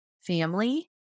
family